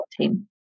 team